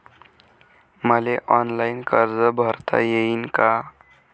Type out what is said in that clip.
मले ऑनलाईन कर्ज भरता येईन का?